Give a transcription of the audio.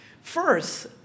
First